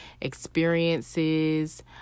Experiences